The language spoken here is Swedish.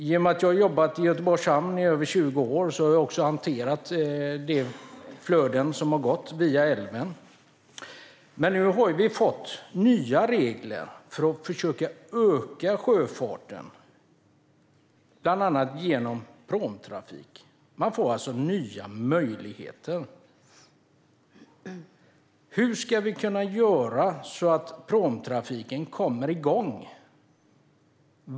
Genom att jag har jobbat över 20 år i Göteborgs hamn har jag också hanterat de flöden som har gått via älven, men nu har det kommit nya regler för att försöka öka sjöfarten, bland annat med pråmtrafik. Det finns alltså nya möjligheter. Hur ska vi göra så att pråmtrafiken kommer igång?